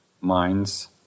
minds